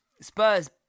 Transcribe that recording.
Spurs